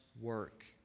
work